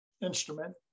instrument